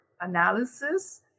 analysis